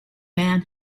man